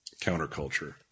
counterculture